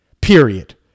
Period